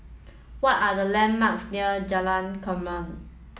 what are the landmarks near Jalan Kelempong